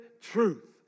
truth